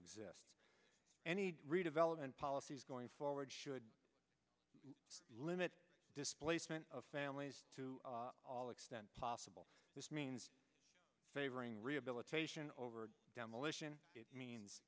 exists any redevelopment policy is going forward should limit displacement of families to all extent possible this means favoring rehabilitation over demolition means